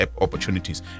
opportunities